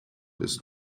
ist